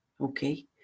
Okay